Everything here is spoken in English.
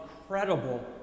incredible